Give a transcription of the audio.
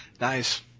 Nice